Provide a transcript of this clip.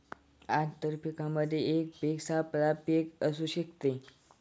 आंतर पीकामध्ये एक पीक सापळा पीक असू शकते